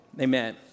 Amen